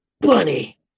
Bunny